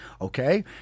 Okay